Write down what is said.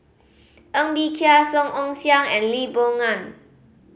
Ng Bee Kia Song Ong Siang and Lee Boon Ngan